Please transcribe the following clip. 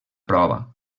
prova